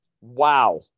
Wow